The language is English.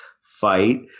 fight